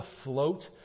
afloat